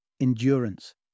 endurance